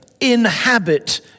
inhabit